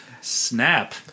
Snap